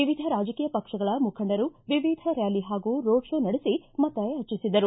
ವಿವಿಧ ರಾಜಕೀಯ ಪಕ್ಷಗಳ ಮುಖಂಡರು ವಿವಿಧ ರ್ನಾಲಿ ಹಾಗೂ ರೋಡ ಶೋ ನಡೆಸಿ ಮತಯಾಟಿಸಿದರು